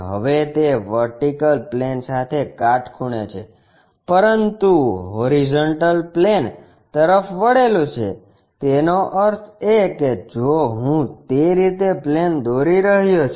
હવે તે vertical plane સાથે કાટખૂણે છે પરંતુ હોરીઝોન્ટલ પ્લેન તરફ વળેલું છે તેનો અર્થ એ કે જો હું તે રીતે પ્લેન દોરી રહ્યો છું